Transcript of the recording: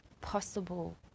possible